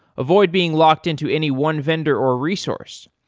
avoid being locked into any one vendor or resource,